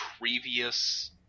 previous